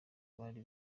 bari